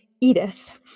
Edith